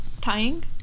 tying